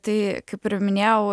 tai kaip ir minėjau